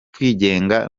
kwigenga